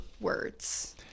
words